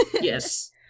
Yes